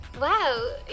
Wow